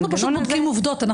אנחנו פשוט בודקים עובדות.